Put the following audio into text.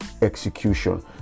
execution